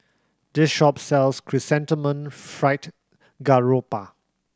this shop sells Chrysanthemum Fried Garoupa